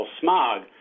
smog